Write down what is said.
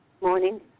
morning